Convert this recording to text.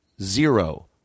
zero